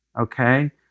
okay